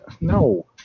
No